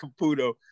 Caputo